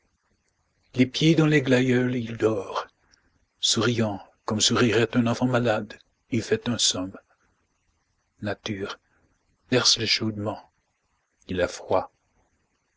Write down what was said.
les pieds dans les glaïeuls il dort souriant comme sourirait un enfant malade il fait un somme nature berce le chaudement il a froid